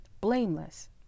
blameless